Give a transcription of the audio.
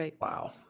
Wow